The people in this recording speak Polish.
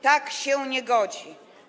Tak się nie godzi.